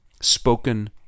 spoken